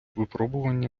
випробування